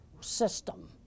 system